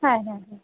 হ্যাঁ হ্যাঁ হ্যাঁ